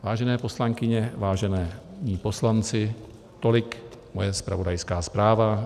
Vážené poslankyně, vážení poslanci, tolik moje zpravodajská zpráva.